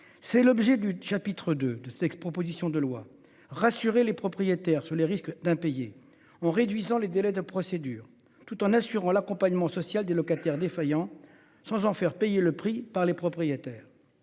c'est l'objet du chapitre de de sexe, proposition de loi rassurer les propriétaires sur les risques d'impayés en réduisant les délais de procédure tout en assurant l'accompagnement social des locataires défaillants, sans en faire payer le prix par les propriétaires.